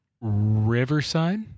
Riverside